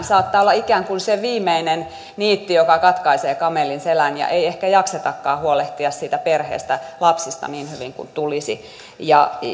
saattaa olla ikään kuin se viimeinen niitti joka katkaisee kamelin selän ja ei ehkä jaksetakaan huolehtia siitä perheestä lapsista niin hyvin kuin tulisi